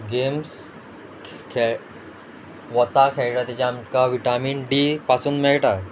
games खेळ वता खेळटा तेजेर आमकां विटामीन डी पासून मेळटा